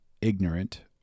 ignorant